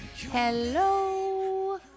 hello